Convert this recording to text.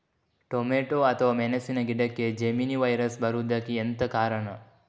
Tomato ಅಥವಾ ಮೆಣಸಿನ ಗಿಡಕ್ಕೆ ಜೆಮಿನಿ ವೈರಸ್ ಬರುವುದಕ್ಕೆ ಎಂತ ಕಾರಣ?